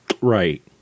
Right